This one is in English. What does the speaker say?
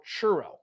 churro